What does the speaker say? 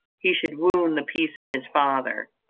he should wound the peace of his father.